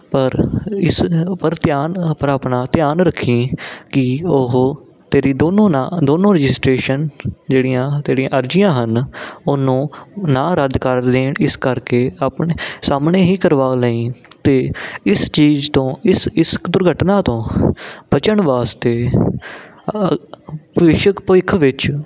ਪਰ ਇਸ ਪਰ ਧਿਆਨ ਪਰ ਆਪਣਾ ਧਿਆਨ ਰੱਖੀਂ ਕਿ ਉਹ ਤੇਰੀ ਦੋਨੋਂ ਨਾ ਦੋਨੋਂ ਰਜਿਸਟਰੇਸ਼ਨ ਜਿਹੜੀਆਂ ਤੇਰੀਆਂ ਅਰਜ਼ੀਆਂ ਹਨ ਉਹਨੂੰ ਨਾ ਰੱਦ ਕਰ ਦੇਣ ਇਸ ਕਰਕੇ ਆਪਣੇ ਸਾਹਮਣੇ ਹੀ ਕਰਵਾ ਲਈ ਅਤੇ ਇਸ ਚੀਜ਼ ਤੋਂ ਇਸ ਇਸ ਦੁਰਘਟਨਾ ਤੋਂ ਬਚਣ ਵਾਸਤੇ ਭਵਿਸ਼ਕ ਭਵਿੱਖ ਵਿੱਚ